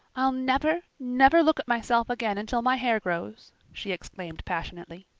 i'll never, never look at myself again until my hair grows, she exclaimed passionately.